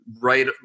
right